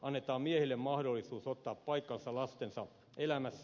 annetaan miehille mahdollisuus ottaa paikkansa lastensa elämässä